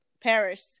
perished